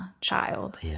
child